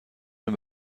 این